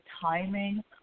timing